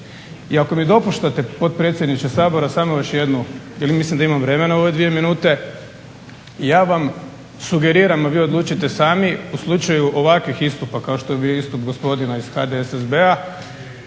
I ako mi dopuštate potpredsjedniče Sabora samo još jednu, jer mislim da imam vremena u ove dvije minute ja vam sugeriram, a vi odlučite sami u slučaju ovakvih istupa kao što je bio istup gospodina iz HDSSB-a,